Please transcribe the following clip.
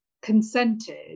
consented